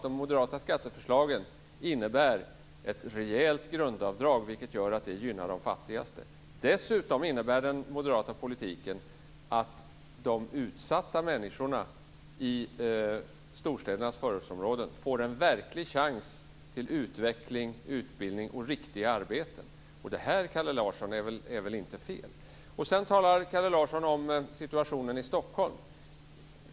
De moderata skatteförslagen innebär ju faktiskt ett rejält grundavdrag, vilket gynnar de fattigaste. Dessutom innebär den moderata politiken att de utsatta människorna i storstädernas förortsområden får en verklig chans till utveckling, utbildning och riktiga arbeten. Det här, Kalle Larsson, är väl inte fel. Sedan talar Kalle Larsson om situationen i Stockholm.